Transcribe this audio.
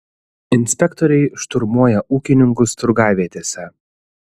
inspektoriai šturmuoja ūkininkus turgavietėse